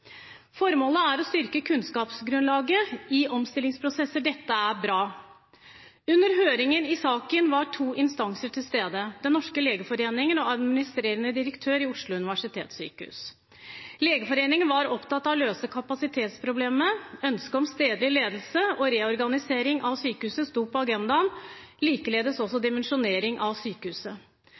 Formålet er å styrke kunnskapsgrunnlaget i omstillingsprosesser. Dette er bra. Under høringen i saken var to instanser til stede, Den norske legeforening og administrerende direktør i Oslo universitetssykehus. Legeforeningen var opptatt av å løse kapasitetsproblemene. Ønske om stedlig ledelse og reorganisering av sykehuset sto på agendaen, likeledes dimensjonering av sykehuset.